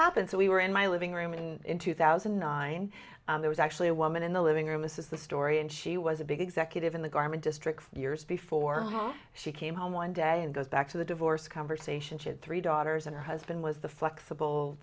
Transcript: happened so we were in my living room in two thousand and nine there was actually a woman in the living room this is the story and she was a big executive in the garment district years before she came home one day and goes back to the divorce conversation she had three daughters and her husband was the flexible